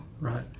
Right